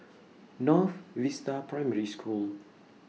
North Vista Primary School